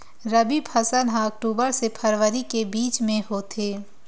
रबी फसल हा अक्टूबर से फ़रवरी के बिच में होथे